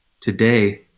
today